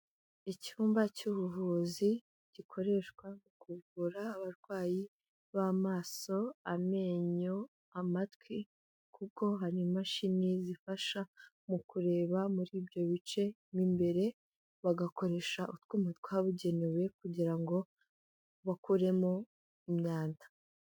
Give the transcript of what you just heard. cyumba cy'ubuvuzi gikoreshwa mu kuvura abarwayi b'amaso, amenyo, amatwi, kuko hari imashini zifasha mu kureba muri ibyo bice imbere, bagakoresha utwuma twabugenewe kugira ngo bakuremo imyanda.